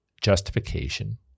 justification